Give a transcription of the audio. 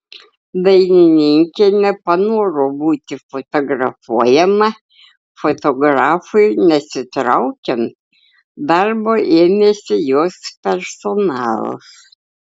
dainininkė nepanoro būti fotografuojama fotografui nesitraukiant darbo ėmėsi jos personalas